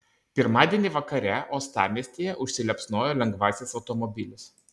pirmadienį vakare uostamiestyje užsiliepsnojo lengvasis automobilis